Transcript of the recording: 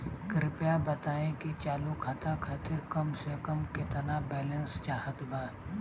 कृपया बताई कि चालू खाता खातिर कम से कम केतना बैलैंस चाहत बा